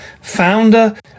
founder